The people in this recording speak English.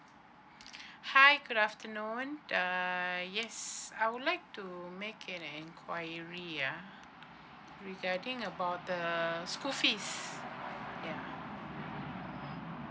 hi good afternoon uh yes I would like to make an enquiry ah regarding about the school fee ya